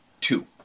Two